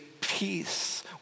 peace